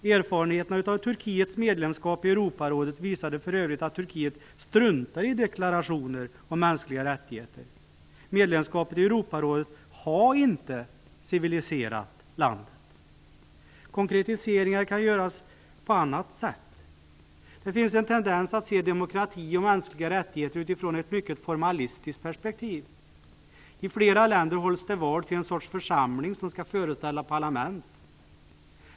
Erfarenheterna av Turkiets medlemskap i Europarådet visade för övrigt att Turkiet struntar i deklarationer om mänskliga rättigheter. Medlemskapet i Europarådet har inte civiliserat landet. Konkretiseringar kan göras på annat sätt. Det finns en tendens att se demokrati och mänskliga rättigheter utifrån ett mycket formalistiskt perspektiv. I flera länder hålls det val till en sorts församling som skall föreställa parlament.